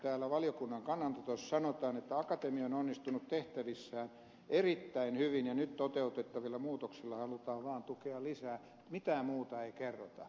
täällä valiokunnan kannanotossa sanotaan että akatemia on onnistunut tehtävissään erittäin hyvin ja nyt toteutettavilla muutoksilla halutaan vaan tukea lisää mitään muuta ei kerrota